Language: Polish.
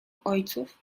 ojców